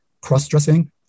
Cross-dressing